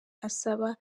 asaba